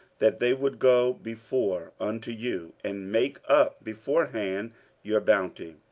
that they would go before unto you, and make up beforehand your bounty,